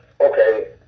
Okay